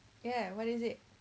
ya what is it